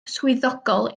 swyddogol